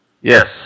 Yes